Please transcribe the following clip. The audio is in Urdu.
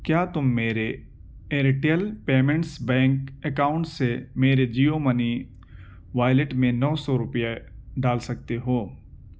کیا تم میرے ایرٹیل پیمنٹس بینک اکاؤنٹ سے میرے جیو منی والیٹ میں نو سو روپیہ ڈال سکتے ہو